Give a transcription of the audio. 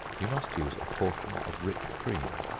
you must use a portion of rich cream,